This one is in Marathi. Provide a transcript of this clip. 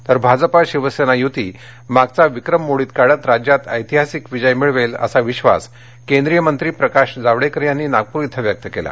तर भाजपा शिवसेना यूती मागचा विक्रम मोडीत काढत राज्यात ऐतिहासिक विजय मिळवेल असा विश्वास केंद्रीय मंत्री प्रकाश जावडेकर यांनी नागपर इथं व्यक्त केला